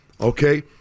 okay